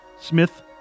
Smith